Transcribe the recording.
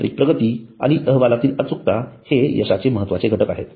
तांत्रिक प्रगती आणि अहवालातील अचूकता हे यशाचे महत्त्वाचे घटक आहेत